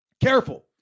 careful